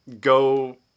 go